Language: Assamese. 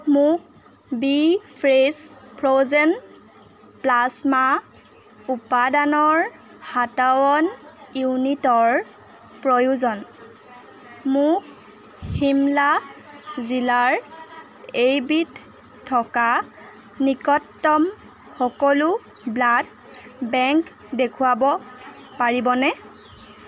মোক বি ফ্ৰেছ ফ্ৰ'জেন প্লাজমা উপাদানৰ সাতাৱন ইউনিটৰ প্ৰয়োজন মোক শিমলা জিলাৰ এইবিধ থকা নিকটতম সকলো ব্লাড বেংক দেখুৱাব পাৰিবনে